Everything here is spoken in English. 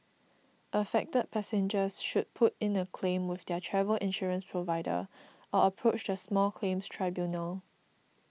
affected passengers should put in a claim with their travel insurance provider or approach the small claims tribunal